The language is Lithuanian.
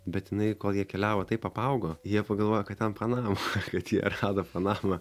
bet jinai kol jie keliavo taip apaugo jie pagalvojo kad ten panama kad jie rado panamą